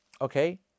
Okay